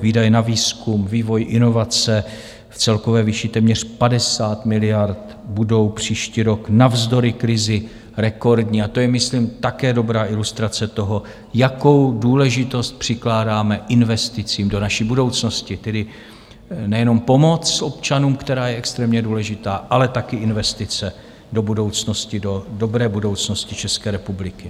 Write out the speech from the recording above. Výdaje na výzkum, vývoj, inovace v celkové výši téměř 50 miliard budou příští rok navzdory krizi rekordní a to je myslím také dobrá ilustrace toho, jakou důležitost přikládáme investicím do naší budoucnosti, tedy nejenom pomoc občanům, která je extrémně důležitá, ale taky investice do budoucnosti, do dobré budoucnosti České republiky.